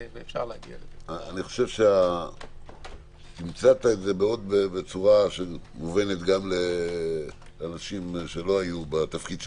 אני חושב שתמצת את זה בצורה שמובנת גם לאנשים שלא היו בתפקיד שלך,